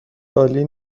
عالی